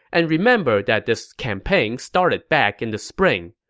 and remember that this campaign started back in the spring.